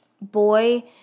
boy